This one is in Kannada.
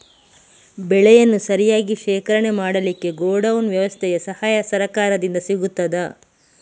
ಬೆಳೆಯನ್ನು ಸರಿಯಾಗಿ ಶೇಖರಣೆ ಮಾಡಲಿಕ್ಕೆ ಗೋಡೌನ್ ವ್ಯವಸ್ಥೆಯ ಸಹಾಯ ಸರಕಾರದಿಂದ ಸಿಗುತ್ತದಾ?